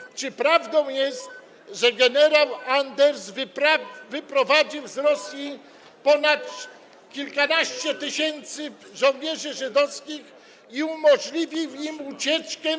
I czy prawdą jest, że gen. Anders wyprowadził z Rosji ponad kilkanaście tysięcy żołnierzy żydowskich i umożliwił im ucieczkę.